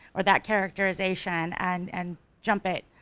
or that characterization, and and jump it,